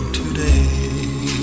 today